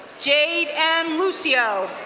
jade m. lucio,